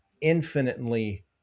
infinitely